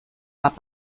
bat